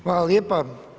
Hvala lijepa.